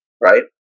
right